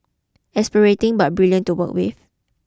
exasperating but brilliant to work with